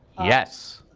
yes.